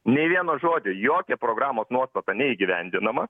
nei vieno žodžio jokia programos nuostata neįgyvendinama